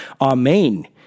amen